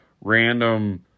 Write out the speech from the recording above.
random